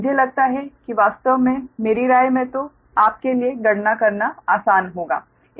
मुझे लगता है कि वास्तव में मेरी राय में तो आपके लिए गणना करना आसान होगा